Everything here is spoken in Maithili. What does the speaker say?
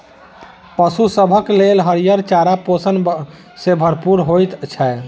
पशु सभक लेल हरियर चारा पोषण सॅ भरपूर होइत छै